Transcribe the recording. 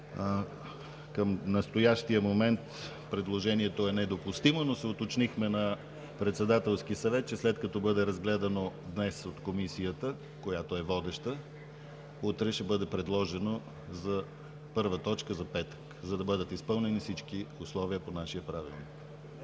Към настоящия момент предложението е недопустимо, но се уточнихме на Председателския съвет, че след като бъде разгледано днес от Комисията, която е водеща, утре ще бъде предложено като първа точка за петък, за да бъдат изпълнени всички условия по нашия Правилник.